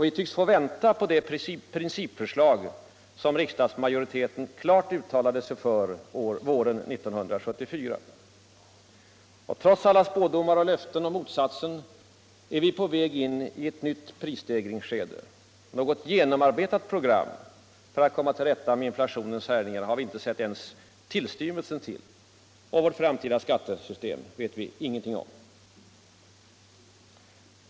Vi tycks få vänta på de principförslag riksdagsmajoriteten klart uttalade sig för våren 1974. Trots alla spådomar och löften om motsatsen är vi på väg in i ett nytt prisstegringsskede. Något genomarbetat program för att komma till rätta med inflationens härjningar har vi inte sett ens tillstymmelsen till. Och vårt framtida skattesystem vet vi ingenting om.